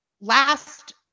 last